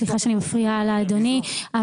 סליחה שאני מפריעה לאדוני,